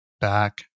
back